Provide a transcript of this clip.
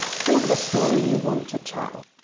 think of a story you want to tell.